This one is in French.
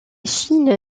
chine